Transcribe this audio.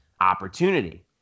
opportunity